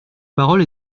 parole